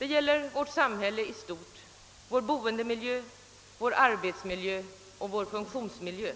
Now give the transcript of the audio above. Här gäller det samhället i stort: vår boendemiljö, arbetsmiljö och funktionsmiljö.